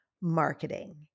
marketing